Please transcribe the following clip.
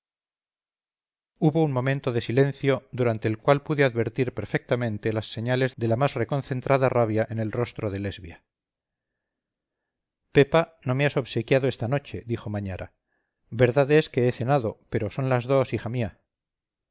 hubo un momento de silencio durante el cual pude advertir perfectamente las señales de la más reconcentrada rabia en el rostro de lesbia pepa no me has obsequiado esta noche dijo mañara verdad es que he cenado pero son las dos hija mía